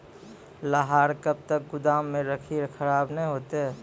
लहार कब तक गुदाम मे रखिए खराब नहीं होता?